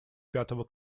пятого